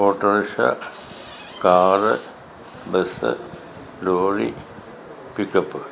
auto rickshaw car bus lorry pickup